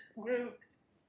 groups